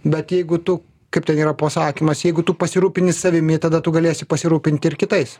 bet jeigu tu kaip ten yra pasakymas jeigu tu pasirūpini savimi tada tu galėsi pasirūpinti ir kitais